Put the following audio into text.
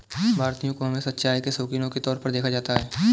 भारतीयों को हमेशा चाय के शौकिनों के तौर पर देखा जाता है